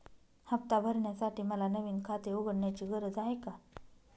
हफ्ता भरण्यासाठी मला नवीन खाते उघडण्याची गरज आहे का?